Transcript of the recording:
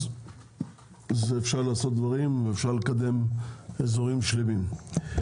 אז אפשר לעשות דברים, אפשר לקדם אזורים שלמים.